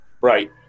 Right